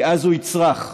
כי אז הוא יצרח.